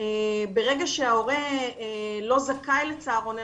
ברגע שההורה לא זכאי לצהרון,